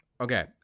okay